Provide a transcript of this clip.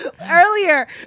Earlier